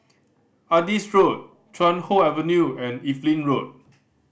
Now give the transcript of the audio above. Adis Road Chuan Hoe Avenue and Evelyn Road